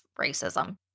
racism